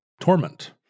torment